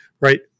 right